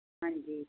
ਹਾਂਜੀ